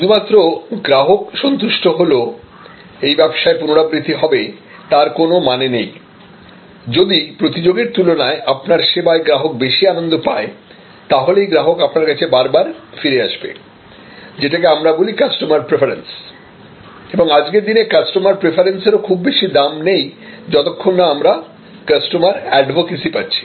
শুধুমাত্র গ্রাহক সন্তুষ্ট হল এই ব্যবসায় পুনরাবৃত্তি হবে তার কোনো মানে নেই যদি প্রতিযোগীর তুলনায় আপনার সেবায় গ্রাহক বেশি আনন্দ পায় তাহলেই গ্রাহক আপনার কাছে বারবার ফিরে আসবে যেটাকে আমরা বলি কাস্টমার প্রেফারেন্স এবং আজকের দিনে কাস্টমার প্রেফারেন্স এর ও খুব বেশি দাম নেই যতক্ষণ না আমরা কাস্টমার অ্যাডভোকেসি পাচ্ছি